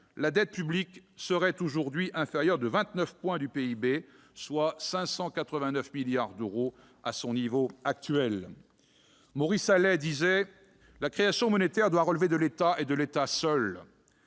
la dette publique serait aujourd'hui inférieure de vingt-neuf points de PIB, soit de 589 milliards d'euros, par rapport à son niveau actuel. Maurice Allais disait que « la création monétaire doit relever de l'État et de l'État seul ».